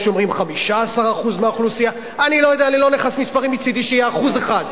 וההצבעה היא על הצעת חוק בית-המשפט לענייני משפחה (תיקון,